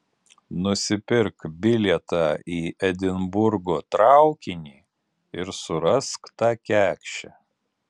nusipirk bilietą į edinburgo traukinį ir surask tą kekšę